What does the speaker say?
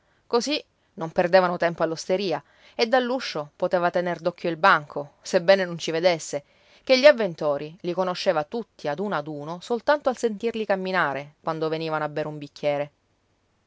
così non perdevano tempo all'osteria e dall'uscio poteva tener d'occhio il banco sebbene non ci vedesse ché gli avventori li conosceva tutti ad uno ad uno soltanto al sentirli camminare quando venivano a bere un bicchiere